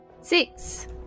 Six